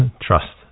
trust